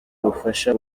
ubufasha